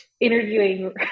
interviewing